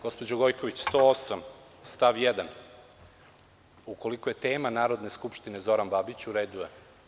Gospođo Gojković, član 108, stav 1. Ukoliko je tema Narodne skupštine Zoran Babić, u redu je.